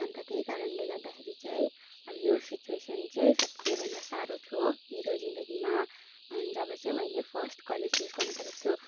अन्त त्यही कारणले गर्दाखेरि चाहिँ अब यो सिच्वेसन चाहिँ सबसे भन्दा साह्रो थियो मेरो जिन्दगीमा अनि जब चाहिँ मैले फर्स्ट कलेज चुज गर्नुपरेको थियो